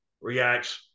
reacts